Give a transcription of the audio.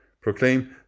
Proclaim